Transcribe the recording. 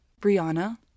Brianna